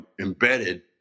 embedded